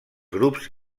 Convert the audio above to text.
grups